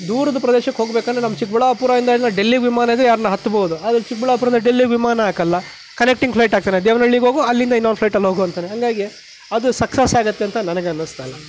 ದೂರದ ಪ್ರದೇಶಕ್ಕೆ ಹೋಗಬೇಕೆಂದರೆ ನಮ್ಮ ಚಿಕ್ಕಬಳ್ಳಾಪುರ ಇಂದ ಇಲ್ಲ ಡೆಲ್ಲಿ ವಿಮಾನ ಇದ್ದರೆ ಯಾರಾನ ಹತ್ತಬಹುದು ಆದರೆ ಚಿಕ್ಕಬಳ್ಳಾಪುರದ ಡೆಲ್ಲಿ ವಿಮಾನ ಹಾಕಲ್ಲ ಕನೆಕ್ಟಿಂಗ್ ಫ್ಲೈಟ್ ಹಾಕ್ತಾರೆ ದೇವನಳ್ಳಿಗೆ ಹೋಗು ಅಲ್ಲಿಂದ ಇನ್ನೊಂದು ಫ್ಲೈಟಲ್ಲಿ ಹೋಗು ಅಂತಲೇ ಹಾಗಾಗಿ ಅದು ಸಕ್ಸಸ್ ಆಗುತ್ತೆ ಅಂತ ನನಗೆ ಅನ್ನಿಸ್ತಾಯಿಲ್ಲ